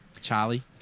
Charlie